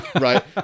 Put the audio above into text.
right